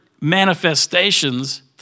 manifestations